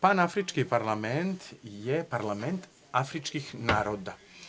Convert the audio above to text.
Panafrički parlament je parlament afričkih naroda.